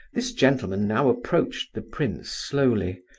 this gentleman now approached the prince slowly,